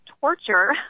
torture